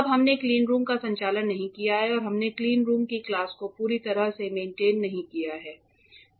अब हमने क्लीनरूम का संचालन नहीं किया है और हमने क्लीनरूम की क्लास को पूरी तरह से मेंटेन नहीं किया है